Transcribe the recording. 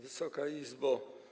Wysoka Izbo!